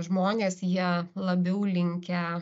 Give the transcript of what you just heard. žmonės ja labiau linkę